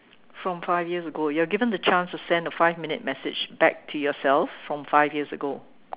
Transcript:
from five years ago you are given the chance to send a five minute message back to yourself from five years ago